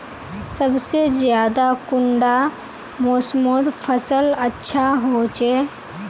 सबसे ज्यादा कुंडा मोसमोत फसल अच्छा होचे?